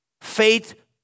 faith